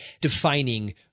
defining